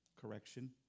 Correction